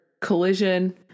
collision